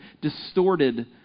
distorted